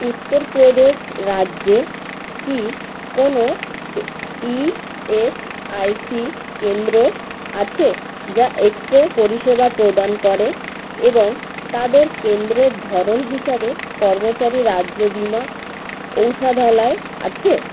উত্তরপ্রদেশ রাজ্যে কি কোনও ইএসআইসি কেন্দ্র আছে যা এক্সরে পরিষেবা প্রদান করে এবং তাদের কেন্দ্রের ধরন হিসাবে কর্মচারী রাজ্য বিমা ঔষধালয় আছে